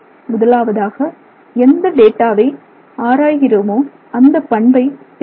முதலாவதாக எந்த டேட்டாவை ஆராய்கிறோமோ அந்த பண்பை தேட வேண்டும்